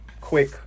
quick